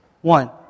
One